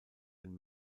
den